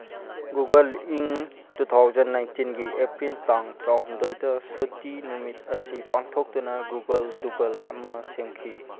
Google ꯏꯪ two thousand ꯅꯥꯏꯟꯇꯤꯟꯒꯤ April ꯇꯥꯡ ꯇꯔꯥꯍꯨꯝꯗꯣꯏꯗ ꯁꯨꯇꯤ ꯅꯨꯃꯤꯠ ꯑꯁꯤ ꯄꯥꯡꯊꯣꯛꯇꯨꯅ ꯒꯣꯒꯜ ꯗꯨꯒꯜ ꯑꯃ ꯁꯦꯝꯈꯤ